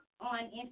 on